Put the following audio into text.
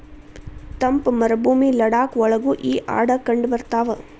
ತಂಪ ಮರಭೂಮಿ ಲಡಾಖ ಒಳಗು ಈ ಆಡ ಕಂಡಬರತಾವ